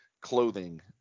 clothing